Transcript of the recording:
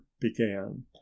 began